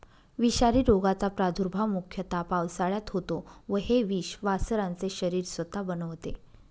विषारी रोगाचा प्रादुर्भाव मुख्यतः पावसाळ्यात होतो व हे विष वासरांचे शरीर स्वतः बनवते